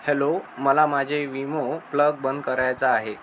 hello मला माझे Wemo plug बंद करायचा आहे